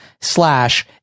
slash